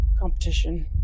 competition